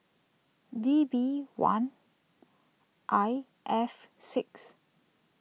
D B one I F six